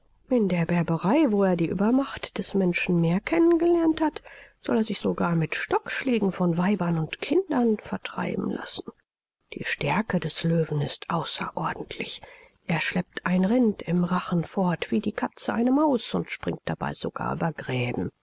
in der berberei wo er die uebermacht des menschen mehr kennen gelernt hat soll er sich sogar mit stockschlägen von weibern und kindern vertreiben lassen die stärke des löwen ist außerordentlich er schleppt ein rind im rachen fort wie die katze eine maus und springt damit sogar über gräben